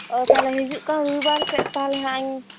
ᱚ ᱛᱟᱦᱚᱞᱮ ᱦᱤᱡᱩᱜ ᱠᱟᱱ ᱨᱚᱵᱤ ᱵᱟᱨ ᱥᱮᱡ ᱛᱟᱦᱞᱮ ᱦᱟᱸᱜ ᱤᱧ